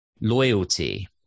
loyalty